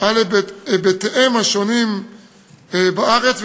על היבטיהם השונים בארץ,